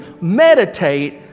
Meditate